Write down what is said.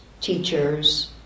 teachers